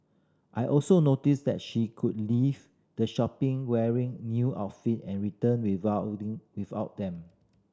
I also noticed that she could leave the shop wearing new outfit and returned without without them